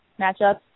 matchups